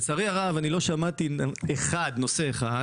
לצערי הרב, אני לא שמעתי נושא אחד